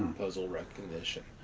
puzzle recognition.